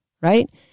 right